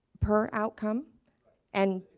per outcome and